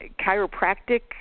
chiropractic